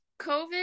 COVID